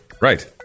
Right